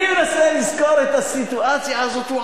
אני מנסה לזכור את הסיטואציה הזאת.